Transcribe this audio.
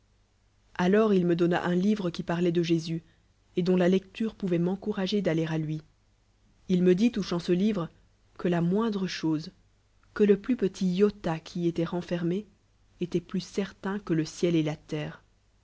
alors il me donna un livre qui parlait de jésus et dont la lecture pouyott m'encourager d'aller à lui il me dit toucôaut ce livre que la moindret hoee que le plus petit'iota qui y étoit aeufermé étoit plus cer tain que le ciel et la terre